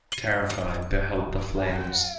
terrified, beheld the flames,